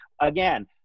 again